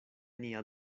nia